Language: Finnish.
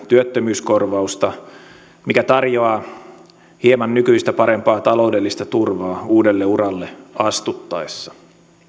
työttömyyskorvausta mikä tarjoaa hieman nykyistä parempaa taloudellista turvaa uudelle uralle astuttaessa